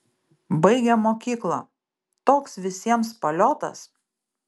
baigėm mokyklą toks visiems paliotas